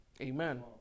Amen